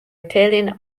italian